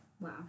Wow